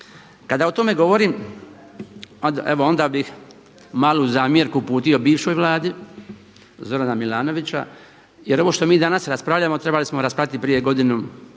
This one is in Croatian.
Kada o tome govorim, evo onda bih malu zamjerku uputio bivšoj Vladi Zorana Milanovića jer ovo što mi danas raspravljamo trebali smo raspraviti i prije godinu,